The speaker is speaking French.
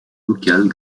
vocales